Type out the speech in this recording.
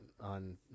on